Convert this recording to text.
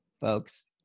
folks